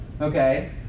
Okay